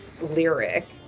lyric